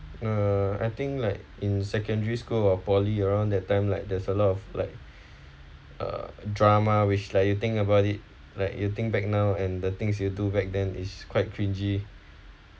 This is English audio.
uh I think like in secondary school or poly around that time like there's a lot of like uh drama which like you think about it like you think back now and the things you do back then is quite cringey